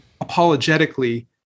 apologetically